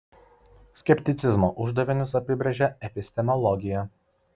skepticizmo uždavinius apibrėžia epistemologija